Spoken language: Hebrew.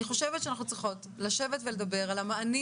אני חושבת שאנחנו צריכות לשבת ולדבר על המענים